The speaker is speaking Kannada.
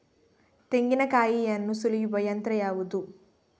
ತೆಂಗಿನಕಾಯಿಯನ್ನು ಸುಲಿಯುವ ಯಂತ್ರ ಯಾವುದು?